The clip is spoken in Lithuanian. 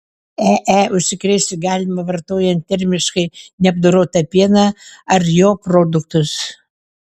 ee užsikrėsti galima vartojant termiškai neapdorotą pieną ar jo produktus